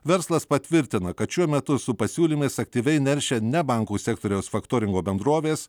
verslas patvirtina kad šiuo metu su pasiūlymais aktyviai neršia ne bankų sektoriaus faktoringo bendrovės